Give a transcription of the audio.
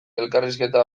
elkarrizketa